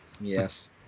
Yes